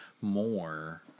more